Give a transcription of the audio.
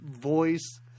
voice